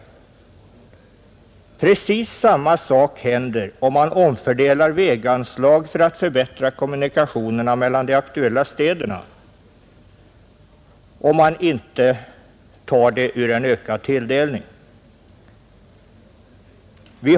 Precis samma sak händer om man omfördelar väganslag för att förbättra kommunikationerna mellan de aktuella städerna — såvida man inte tar medlen ur en ökad tilldelning.